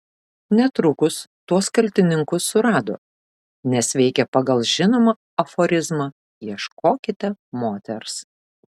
netrukus tuos kaltininkus surado nes veikė pagal žinomą aforizmą ieškokite moters